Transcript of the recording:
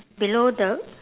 below the